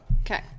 Okay